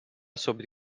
sobre